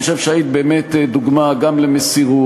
אני חושב שהיית באמת דוגמה גם למסירות,